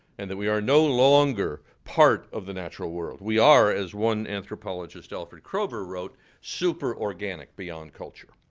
and that we are no longer part of the natural world. we are, as one anthropologist alfred kroger wrote, super organic beyond culture.